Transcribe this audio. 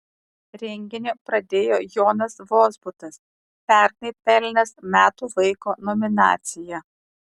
renginį pradėjo jonas vozbutas pernai pelnęs metų vaiko nominaciją